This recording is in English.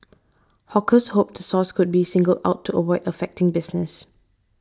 hawkers hoped the source could be singled out to avoid affecting business